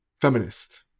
feminist